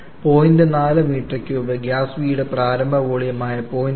4 m3 gas B യുടെ പ്രാരംഭ വോള്യമായ 0